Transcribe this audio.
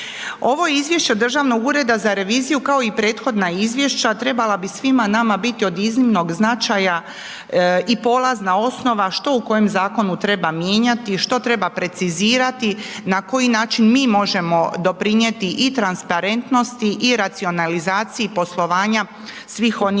Ovo izvješće Državnog ureda za reviziju kao i prethodna izvješća trebala bi svima nama biti od iznimnog značaja i polazna osnova što u kojem zakonu treba mijenjati i što treba precizirati, na koji način mi možemo doprinjeti i transparentnosti i racionalizaciji poslovanja svih onih